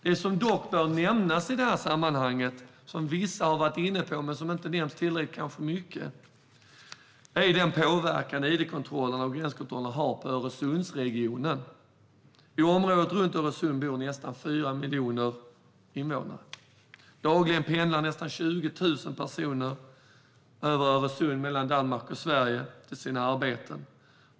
Det som dock bör nämnas i det här sammanhanget - som vissa har varit inne på, men som inte nämns tillräckligt ofta - är den påverkan som id-kontrollerna och gränskontrollerna har på Öresundsregionen. I området vid Öresund bor det nästan 4 miljoner människor. Dagligen pendlar nästan 20 000 personer över Öresund, mellan Danmark och Sverige, till och från sina arbeten.